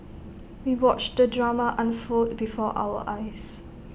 we watched the drama unfold before our eyes